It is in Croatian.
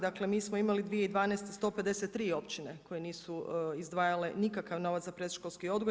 Dakle, mi smo imali 2012. 153 općine koje nisu izdvajale nikakav novac za predškolski odgoj.